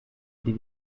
die